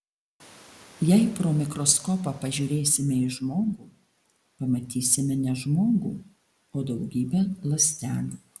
jei pro mikroskopą pažiūrėsime į žmogų pamatysime ne žmogų o daugybę ląstelių